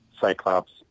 Cyclops